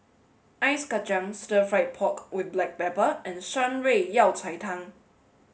Ice Kacang Stir Fried Pork with Black Pepper and Shan Rui Yao Cai Tang